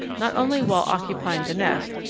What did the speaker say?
not only while occupying the nest,